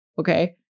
Okay